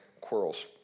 quarrels